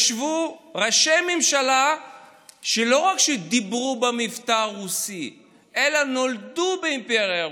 ישבו ראשי ממשלה שלא רק שדיברו במבטא רוסי אלא נולדו באימפריה הרוסית.